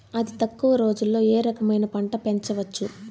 అతి తక్కువ రోజుల్లో ఏ రకమైన పంట పెంచవచ్చు?